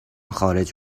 خارج